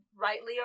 rightly